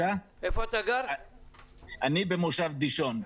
במושב דישון.